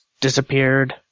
disappeared